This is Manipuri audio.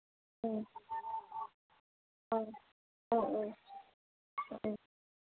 ꯎꯝ ꯑꯥ ꯑꯥ ꯑꯥ ꯎꯝ